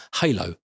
halo